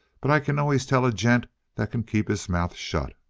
but i can always tell a gent that can keep his mouth shut.